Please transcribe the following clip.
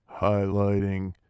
Highlighting